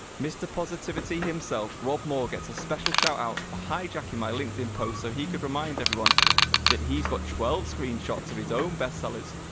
mr. positivity himself rob moore gets a special shout out for hijacking my linkedin post so he could remind everyone that he's got twelve screen shots of his own best-sellers.